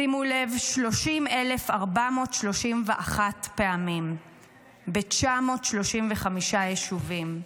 שימו לב, 30,431 פעמים ב-935 יישובים.